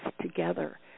together